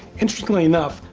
interestingly enough,